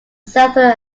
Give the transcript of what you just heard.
southern